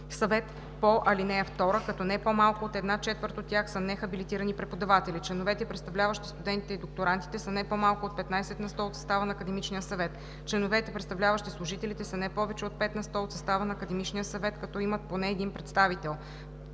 съвет по ал. 2, като не по-малко от една четвърт от тях са нехабилитирани преподаватели; членовете, представляващи студентите и докторантите, са не по-малко от 15 на сто от състава на Академичния съвет; членовете, представляващи служителите, са не повече от 5 на сто от състава на Академичния съвет, като имат поне един представител.